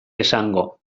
esango